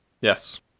yes